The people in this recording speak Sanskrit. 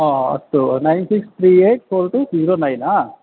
अ अस्तु nine six three eight four two zero nine